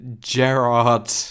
Gerard